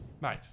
Mate